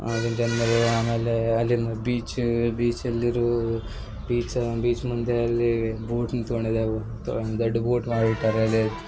ಅಲ್ಲಿನ ಜನರು ಆಮೇಲೆ ಅಲ್ಲಿನ ಬೀಚ ಬೀಚಲ್ಲಿ ಇರು ಬೀಚ ಬೀಚ್ ಮುಂದೆ ಅಲ್ಲಿ ಬೋಟ್ ನಿತ್ಕೊಂಡು ಇದಾವ ಉದ್ದ ದೊಡ್ಡ ಬೋಟ್ ಮಾಡಿಡ್ತಾರೆ ಅಲ್ಲಿ